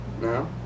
No